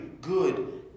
good